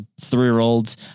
three-year-olds